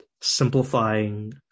simplifying